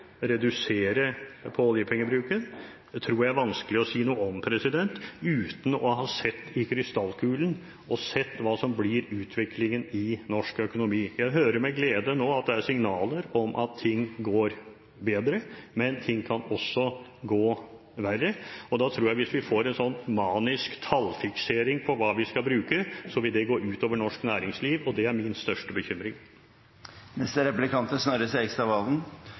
redusere oljepengebruken, tror jeg det er vanskelig å si noe om uten å ha sett i krystallkulen hva som blir utviklingen i norsk økonomi. Jeg hører med glede nå at det er signaler om at ting går bedre, men ting kan også gå verre. Hvis vi får en manisk tallfiksering på hva vi skal bruke, tror jeg det vil det gå ut over norsk næringsliv, og det er min største bekymring. Dette var en god forsvarstale fra representanten Flåtten. Jeg må si at det er